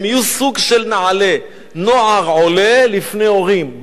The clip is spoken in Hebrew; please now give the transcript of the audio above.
הם יהיו סוג של נעל"ה, נוער עולה לפני הורים.